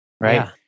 right